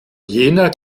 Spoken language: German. jener